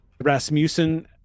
Rasmussen